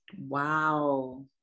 Wow